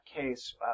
case